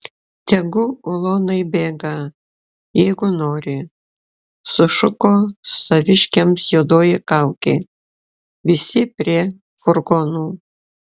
tegu ulonai bėga jeigu nori sušuko saviškiams juodoji kaukė visi prie furgonų